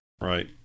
Right